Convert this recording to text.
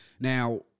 now